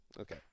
Okay